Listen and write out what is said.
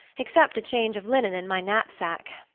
except a change of linen in my knapsack.